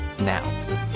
now